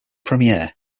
premier